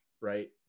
right